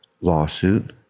lawsuit